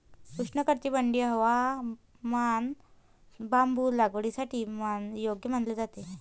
उष्णकटिबंधीय हवामान बांबू लागवडीसाठी योग्य मानले जाते